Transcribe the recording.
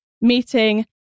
meeting